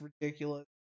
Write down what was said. ridiculous